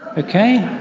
okay?